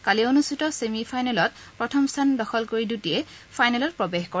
কালি অনুষ্ঠিত ছেমি ফাইনেলত প্ৰথম স্থান দখল কৰি দ্যুতিয়ে ফাইনেলত প্ৰৱেশ কৰে